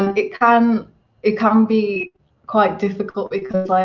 it can it can be quite difficult because like